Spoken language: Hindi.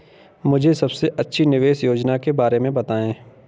मुझे सबसे अच्छी निवेश योजना के बारे में बताएँ?